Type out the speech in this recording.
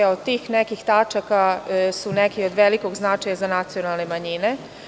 Od tih nekoliko tačaka, neke su od velikog značaja za nacionalne manjine.